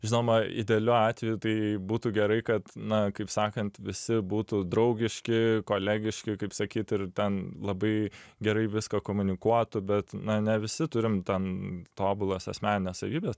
žinoma idealiu atveju tai būtų gerai kad na kaip sakant visi būtų draugiški kolegiški kaip sakyt ir ten labai gerai viską komunikuotų bet na ne visi turim ten tobulas asmenines savybes